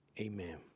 Amen